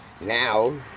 now